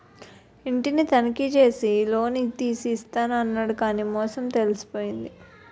ఇంటిని తనఖా పెట్టి లోన్ తీసి ఇస్తాను అన్నాడు కానీ మోసం తెలిసిపోయింది